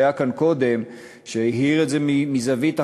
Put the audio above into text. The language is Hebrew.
שהיה כאן קודם והאיר את זה מזווית אחרת.